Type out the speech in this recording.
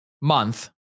month